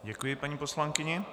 Děkuji paní poslankyni.